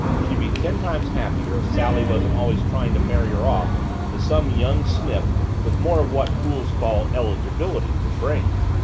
she'd be ten times happier if sally wasn't always trying to marry her off to some young snip with more of what fools call eligibility than brains!